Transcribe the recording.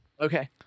Okay